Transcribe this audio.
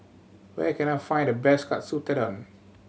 where can I find the best Katsu Tendon